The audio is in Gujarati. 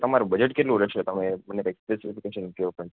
સર તમારું બજેટ કેટલું રહેશે તમે મને કંઈ સ્પેસીફિકેશન કે એવું કંઈ